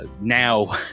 now